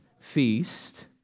feast